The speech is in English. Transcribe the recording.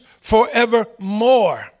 forevermore